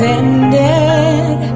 ended